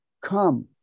come